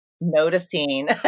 noticing